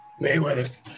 Mayweather